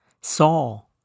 Saul